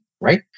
right